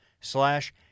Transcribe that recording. slash